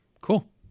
Cool